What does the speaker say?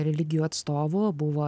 religijų atstovų buvo